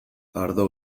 ardo